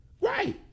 Right